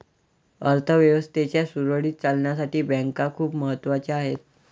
अर्थ व्यवस्थेच्या सुरळीत चालण्यासाठी बँका खूप महत्वाच्या आहेत